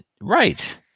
Right